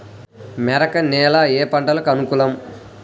మెరక నేల ఏ పంటకు అనుకూలం?